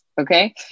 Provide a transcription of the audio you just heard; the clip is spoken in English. Okay